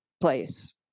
place